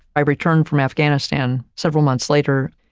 i returned from afghanistan several months later,